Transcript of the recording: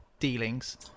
dealings